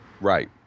Right